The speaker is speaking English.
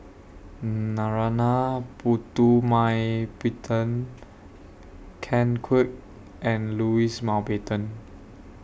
Narana Putumaippittan Ken Kwek and Louis Mountbatten